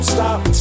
Stop